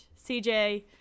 CJ